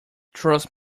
trust